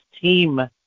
team